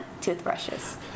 toothbrushes